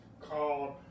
called